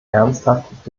ernsthaft